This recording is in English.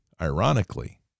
ironically